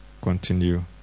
continue